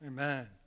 Amen